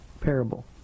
parable